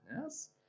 Yes